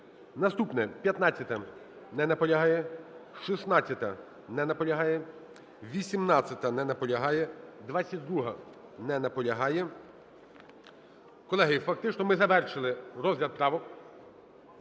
Наступна – 15-а. Не наполягає. 16-а. Не наполягає. 18-а. Не наполягає. 22-а. Не наполягає. Колеги, фактично ми завершили розгляд правок.